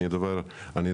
אני אדבר עברית,